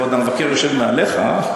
ועוד המבקר יושב מעליך,